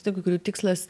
įstaigų kurių tikslas